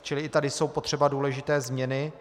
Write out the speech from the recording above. Čili i tady jsou potřeba důležité změny.